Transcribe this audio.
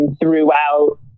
throughout